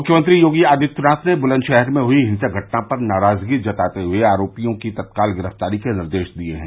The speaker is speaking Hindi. मुख्यमंत्री योगी आदित्यनाथ ने बुलन्दशहर में हुई हिंसक घटना पर नाराजगी जताते हुए आरोपियों की तत्काल गिरफ्तारी के निर्देश दिये हैं